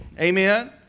Amen